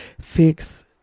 fix